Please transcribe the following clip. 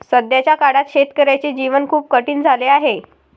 सध्याच्या काळात शेतकऱ्याचे जीवन खूप कठीण झाले आहे